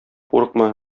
курыкма